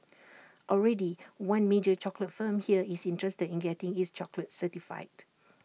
already one major chocolate firm here is interested in getting its chocolates certified